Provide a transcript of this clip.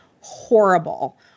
horrible